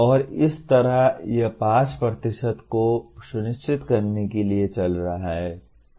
और इस तरह यह पास प्रतिशत को सुनिश्चित करने के लिए चल रहा है